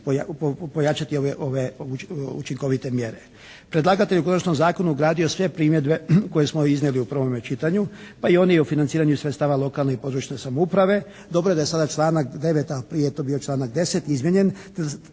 pojačati ove učinkovite mjere. Predlagatelj je u konačnom zakonu ugradio sve primjedbe koje smo iznijeli u prvome čitanju, pa i one o financiranju iz sredstava lokalne i područne samouprave. Dobro da je sada članak 9. a prije je to bio članak 10. izmijenjen,